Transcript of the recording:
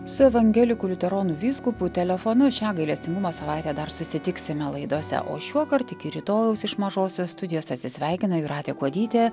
su evangelikų liuteronų vyskupu telefonu šią gailestingumo savaitę dar susitiksime laidose o šiuokart iki rytojaus iš mažosios studijos atsisveikina jūratė kuodytė